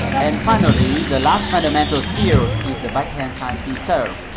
and finally, the last fundamental skill is is the backhand sidespin serve.